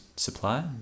Supply